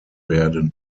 werden